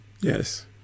Yes